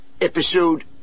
episode